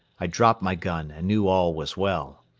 i dropped my gun and knew all was well.